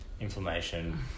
inflammation